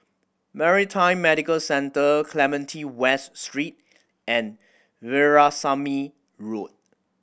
Maritime Medical Centre Clementi West Street and Veerasamy Road